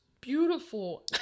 beautiful